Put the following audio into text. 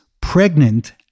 pregnant